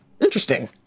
Interesting